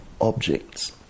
objects